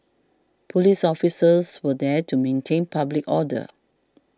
police officers were there to maintain public order